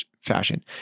fashion